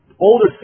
older